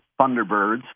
thunderbirds